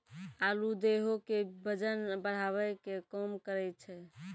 आलू देहो के बजन बढ़ावै के काम करै छै